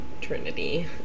Trinity